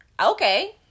Okay